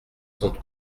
sont